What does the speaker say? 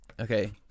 Okay